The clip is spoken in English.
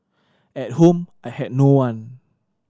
at home I had no one